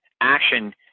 action